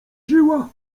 żyła